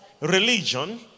religion